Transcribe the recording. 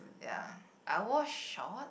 ya I wore short